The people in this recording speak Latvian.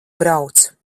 brauc